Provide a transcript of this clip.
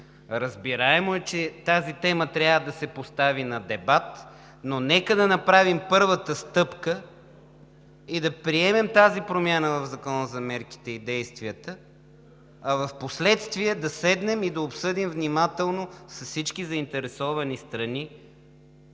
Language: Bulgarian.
Разбираемо е, че тази тема трябва да се постави на дебат, но нека да направим първата стъпка и да приемем тази промяна в Закона за мерките и действията, а впоследствие да седнем и да обсъдим внимателно предложенията с всички заинтересовани страни,